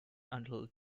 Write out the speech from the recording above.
until